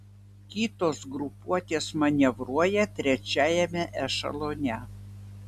kitos grupuotės manevruoja trečiajame ešelone